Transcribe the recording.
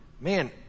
Man